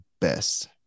best